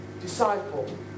disciple